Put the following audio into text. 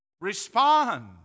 respond